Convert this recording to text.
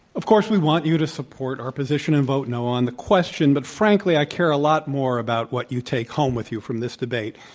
of course, we want you to support our position and vote no on the question, but frankly, i care a lot more about what you take home with you from this debate.